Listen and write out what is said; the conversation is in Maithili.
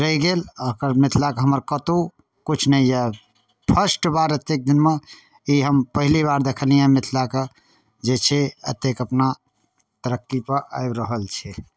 रहि गेल ओकर मिथिलाके हमर कतहु किछु नहि जे फर्स्ट बार एतेक दिनमे ई हम पहिले बार देखलियै मिथिलाके जे छै एतेक अपना तरक्कीपर आबि रहल छै